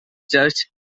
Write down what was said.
church